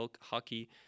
hockey